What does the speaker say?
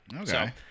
Okay